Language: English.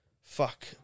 fuck